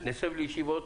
נשב בישיבות,